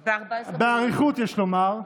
באריכות, יש לומר,